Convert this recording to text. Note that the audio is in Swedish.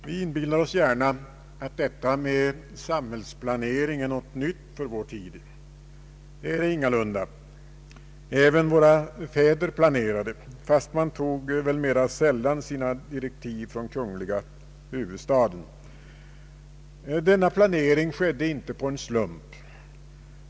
Vi inbillar oss gärna att detta med samhällsplanering är något nytt för vår tid. Ingalunda. Även våra fäder planerade, fast man tog väl mer sällan sina direktiv från kungliga huvudstaden. Denna planering skedde inte av en slump.